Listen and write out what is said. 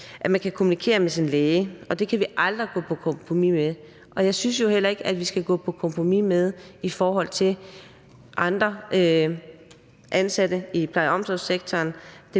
at man kan kommunikere med sin læge, og det kan vi aldrig gå på kompromis med. Og jeg synes jo heller ikke, at vi skal gå på kompromis i forhold til andre ansatte i pleje- og omsorgssektoren.